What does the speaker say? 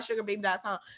sugarbaby.com